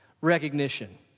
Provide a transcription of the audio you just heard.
recognition